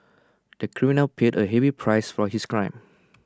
the criminal paid A heavy price for his crime